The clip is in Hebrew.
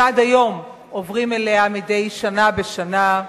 שעד היום עוברים אליה מדי שנה בשנה.